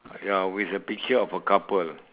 ya with a picture of a couple